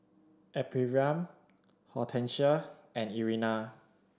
Ephriam Hortencia and Irena